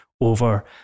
over